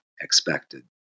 expected